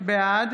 בעד